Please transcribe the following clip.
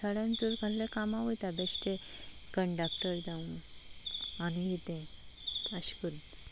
चडान चड कल्हे कामा वयता बेश्टे कंडक्टर जावूं आनी कितें ताशें करून